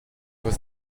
was